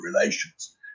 relations